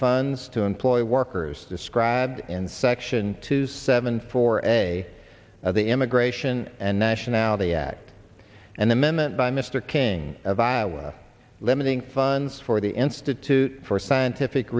funds to employ workers described in section two seven four a of the immigration and nationality act and amendment by mr king of iowa limiting funds for the institute for scientific